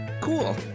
Cool